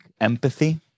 empathy